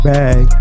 Bag